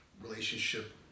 relationship